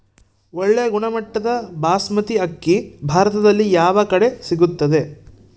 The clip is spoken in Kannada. ಒಳ್ಳೆ ಗುಣಮಟ್ಟದ ಬಾಸ್ಮತಿ ಅಕ್ಕಿ ಭಾರತದಲ್ಲಿ ಯಾವ ಕಡೆ ಸಿಗುತ್ತದೆ?